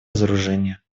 разоружение